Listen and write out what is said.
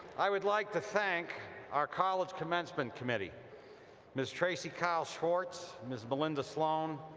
i would like to thank our college commencement committee ms. tracy kile schwartz, ms. malinda sloan,